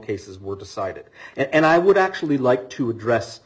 cases were decided and i would actually like to address